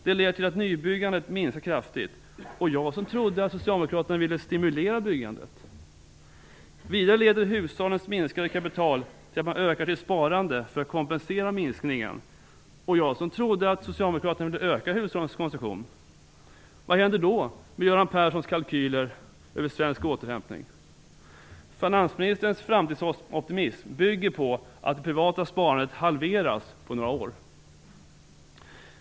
Det leder till att nybyggandet minskar kraftigt, och jag som trodde att socialdemokraterna ville stimulera byggandet. Vidare leder hushållens minskade kapital till att man ökar sitt sparande för att kompensera minskningen, och jag som trodde att socialdemokraterna ville öka hushållens konsumtion. Vad händer med Göran Perssons kalkyler över svensk återhämtning? Finansministerns framtidsoptimism bygger på att det privata sparandet halveras på några år.